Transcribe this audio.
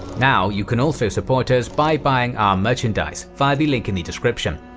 now, you can also support us by buying our merchandise via the link in the description.